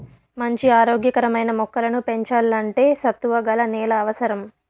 మంచి ఆరోగ్య కరమైన మొక్కలను పెంచల్లంటే సత్తువ గల నేల అవసరం